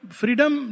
freedom